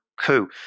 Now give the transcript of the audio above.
coup